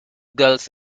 girls